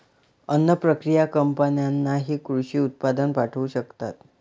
अन्न प्रक्रिया कंपन्यांनाही कृषी उत्पादन पाठवू शकतात